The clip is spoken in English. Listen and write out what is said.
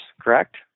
correct